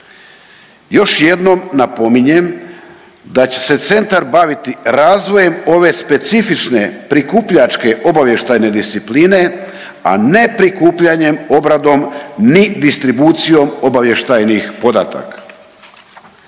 Još jednom napominjem da će se Centar baviti razvojem ove specifične prikupljačke obavještajne discipline a ne prikupljanjem, obradom ni distribucijom obavještajnih podataka.